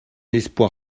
espoir